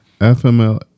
FML